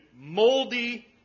moldy